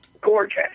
gorgeous